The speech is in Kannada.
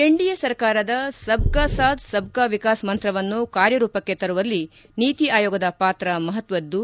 ಎನ್ಡಿಎ ಸರ್ಕಾರದ ಸಬ್ ಕಾ ಸಾತ್ ಸಬ್ ಕಾ ವಿಕಾಸ್ ಮಂತ್ರವನ್ನು ಕಾರ್ಯರೂಪಕ್ಕೆ ತರುವಲ್ಲಿ ನೀತಿ ಆಯೋಗದ ಪಾತ್ರ ಮಹತ್ವದ್ದು